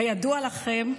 כידוע לכם,